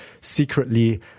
secretly